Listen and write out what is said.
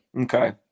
Okay